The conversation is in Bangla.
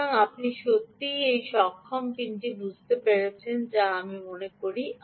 সুতরাং আপনি সত্যিই এই সক্ষম পিনটি বুঝতে পেরেছি যা আমি করি